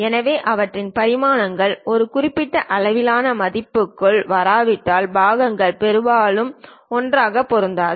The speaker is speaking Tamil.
எனவே அவற்றின் பரிமாணங்கள் ஒரு குறிப்பிட்ட அளவிலான மதிப்புகளுக்குள் வராவிட்டால் பாகங்கள் பெரும்பாலும் ஒன்றாக பொருந்தாது